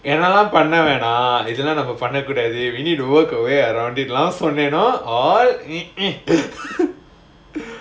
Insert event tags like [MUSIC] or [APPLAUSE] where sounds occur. என்னலாம் பண்ண வேணாம் இதுலாம் பண்ண கூடாது:ennalaam panna venaam idhula panna koodaathu we need to work a way around it சொன்னேனோ:sonnaeno [LAUGHS]